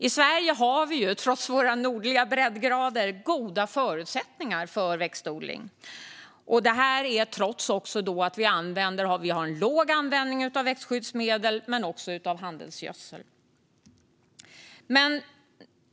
I Sverige har vi, trots våra nordliga breddgrader, goda förutsättningar för växtodling, detta trots att vi också har en låg användning av växtskyddsmedel och handelsgödsel.